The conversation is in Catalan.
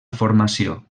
formació